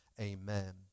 Amen